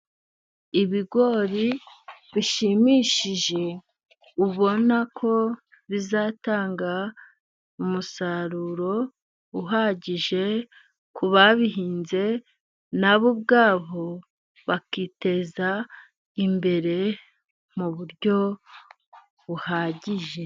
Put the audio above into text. Ibigori bishimishije, ubona ko bizatanga umusaruro uhagije ku babihinze na bo ubwabo bakiteza imbere mu buryo buhagije.